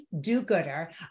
do-gooder